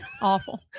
Awful